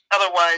Otherwise